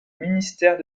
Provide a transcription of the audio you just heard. ministère